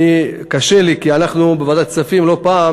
קשה לי כי אנחנו בוועדת כספים לא פעם